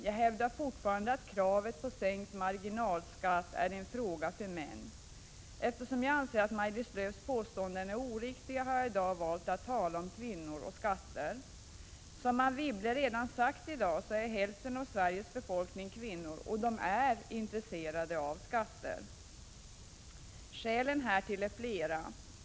Jag hävdar fortfarande att kravet på sänkt marginalskatt är en fråga för män.” Eftersom jag anser att Maj-Lis Lööws påstående är oriktigt har jag i dag valt att tala om kvinnor och skatter. Som Anne Wibble redan sagt i dag är hälften av Sveriges befolkning kvinnor, och de är intresserade av skatter. Skälen härtill är flera.